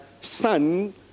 son